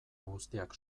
guztiak